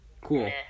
Cool